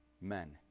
men